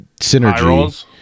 Synergy